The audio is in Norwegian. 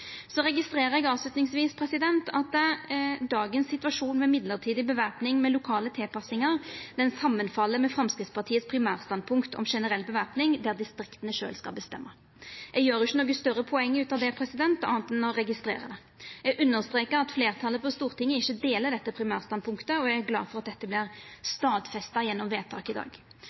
Så registrerer eg avslutningsvis at dagens situasjon med mellombels bevæpning med lokale tilpassingar fell saman med Framstegspartiet sitt primærstandpunkt om generell bevæpning der distrikta sjølve skal bestemma. Eg gjer ikkje noko større poeng ut av det, anna enn å registrera det. Eg understrekar at fleirtalet på Stortinget ikkje deler dette primærstandpunktet, og eg er glad for at dette vert stadfesta gjennom vedtaket i dag.